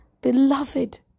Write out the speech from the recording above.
beloved